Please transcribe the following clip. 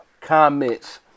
comments